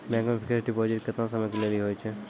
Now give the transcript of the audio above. Bank मे fixed deposit केतना समय के लेली होय छै?